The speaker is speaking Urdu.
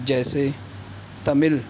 جیسے تمل